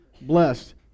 blessed